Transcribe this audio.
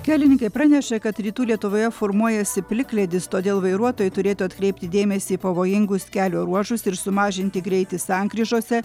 kelininkai praneša kad rytų lietuvoje formuojasi plikledis todėl vairuotojai turėtų atkreipti dėmesį į pavojingus kelio ruožus ir sumažinti greitį sankryžose